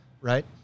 Right